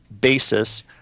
basis